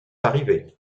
arrivés